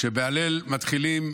כשבהלל מתחילים